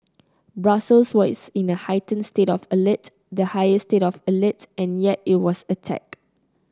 Brussels was in a heightened state of alert the highest state of alert and yet it was attacked